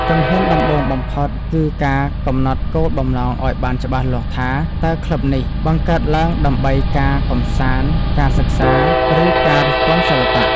ជំហានដំបូងបំផុត គឺការកំណត់គោលបំណងឱ្យបានច្បាស់លាស់ថា តើក្លឹបនេះបង្កើតឡើងដើម្បីការកម្សាន្ត ការសិក្សា ឬការរិះគន់សិល្បៈ។